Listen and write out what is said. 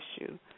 issue